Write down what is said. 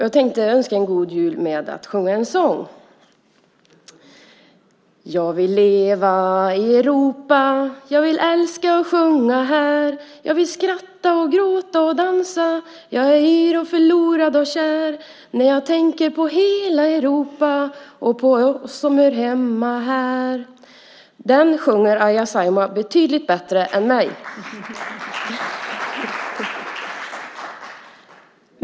Jag önskar god jul genom att sjunga en sång: Jag vill leva i Europa Jag vill älska och sjunga här Jag vill skratta och gråta och dansa Jag är yr och förlorad och kär När jag tänker på hela Europa Och på oss som hör hemma här. Den sjunger Arja Saijonmaa betydligt bättre än jag.